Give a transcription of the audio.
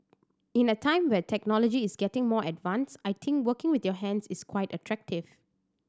in a time where technology is getting more advanced I think working with your hands is quite attractive